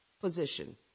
position